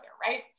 right